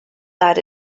that